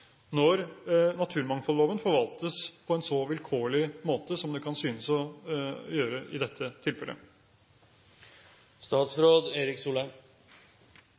når naturmangfoldloven forvaltes på en så vilkårlig måte som det kan synes i dette tilfellet?